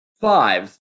fives